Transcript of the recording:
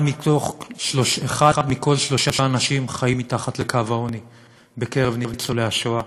אחד מכל שלושה אנשים בקרב ניצולי השואה